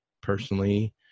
personally